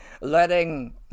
letting